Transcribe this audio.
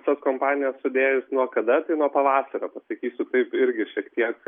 visas kompanijas sudėjus nuo kada tai nuo pavasario pasakysiu kaip irgi šiek tiek